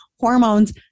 Hormones